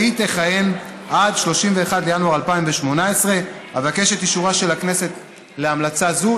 והיא תכהן עד 31 בינואר 2018. אבקש את אישורה של הכנסת להמלצה זו.